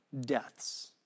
deaths